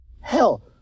Hell